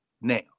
Now